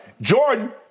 Jordan